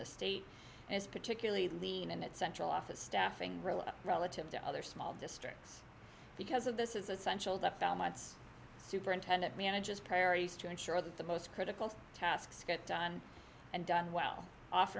the state and it's particularly lean in that central office staffing relative to other small districts because of this is essential that found months superintendent manages priorities to ensure that the most critical tasks get done and done well off